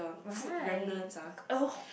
why